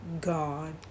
God